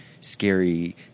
scary